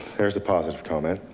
there's a positive comment.